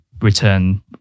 return